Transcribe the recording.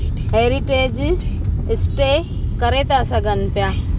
heritage stay करे था सघनि पिया